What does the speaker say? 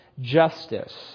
justice